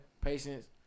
patience